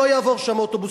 שלא יעבור שם אוטובוס,